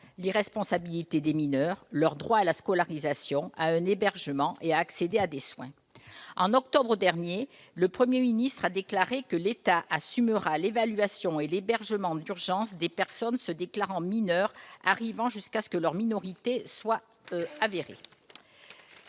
l'irresponsabilité des mineurs, leur droit à la scolarisation, à un hébergement et à l'accès aux soins. En octobre dernier, le Premier ministre a déclaré que « l'État assumera l'évaluation et l'hébergement d'urgence des personnes se déclarant mineurs entrants [...] jusqu'à ce que leur minorité soit confirmée